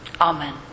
Amen